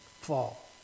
fall